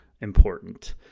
important